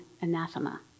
anathema